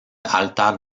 altar